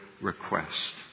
request